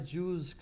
Jews